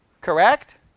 Correct